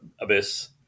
Abyss